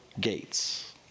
gates